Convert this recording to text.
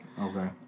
Okay